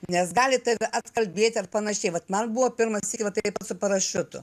nes gali tave atkalbėti ar panašiai vat man buvo pirmą sykį va taip su parašiutu